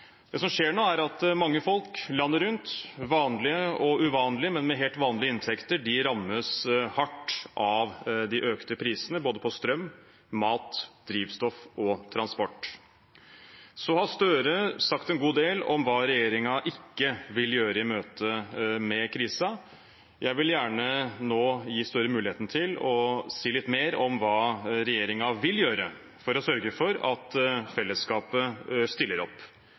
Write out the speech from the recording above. Det som skjer nå, er at mange folk landet rundt, vanlige og uvanlige, men med helt vanlige inntekter, rammes hardt av de økte prisene både på strøm, mat, drivstoff og transport. Støre har sagt en god del om hva regjeringen ikke vil gjøre i møte med krisen. Jeg vil gjerne gi Støre mulighet til å si litt mer om hva regjeringen vil gjøre for å sørge for at fellesskapet stiller opp.